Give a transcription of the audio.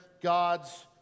God's